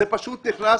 זה פשוט נכנס